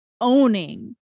owning